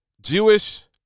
Jewish